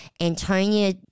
Antonia